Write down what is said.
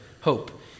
hope